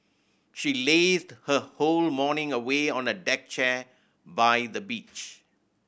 she lazed her whole morning away on a deck chair by the beach